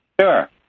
Sure